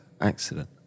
accident